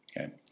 okay